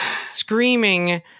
screaming